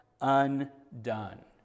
undone